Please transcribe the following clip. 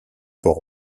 port